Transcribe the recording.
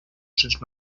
cents